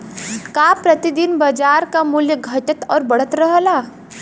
का प्रति दिन बाजार क मूल्य घटत और बढ़त रहेला?